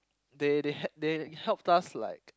they they had they helped us like